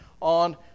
on